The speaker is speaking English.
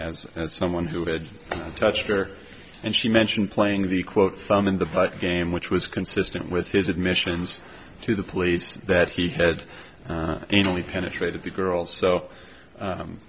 as someone who had touched her and she mentioned playing the quote thumb in the game which was consistent with his admissions to the police that he had only penetrated the girl so